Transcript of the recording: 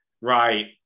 right